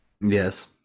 Yes